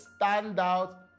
standout